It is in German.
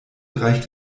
reicht